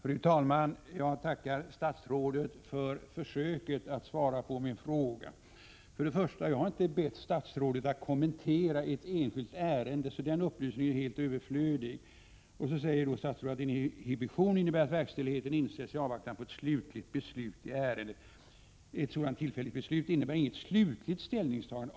Fru talman! Jag tackar statsrådet för försöket att svara på min fråga. Jag harinte bett statsrådet att kommentera ett enskilt ärende, så den upplysningen är helt överflödig. Sedan säger statsrådet: ”Inhibition innebär att verkställigheten inställts i avvaktan på ett slutligt beslut i ärendet. Ett sådant tillfälligt beslut innebär inget slutligt ställningstagande.